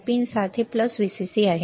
pin 7 plus VCC आहे